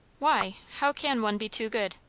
why? how can one be too good?